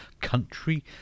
country